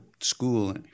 school